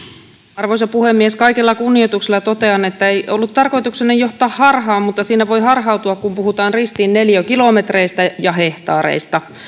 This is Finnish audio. arvoisa puhemies kaikella kunnioituksella totean että ei ollut tarkoituksena johtaa harhaan mutta siinä voi harhautua kun puhutaan ristiin neliökilometreistä ja hehtaareista